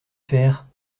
faire